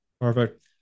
Perfect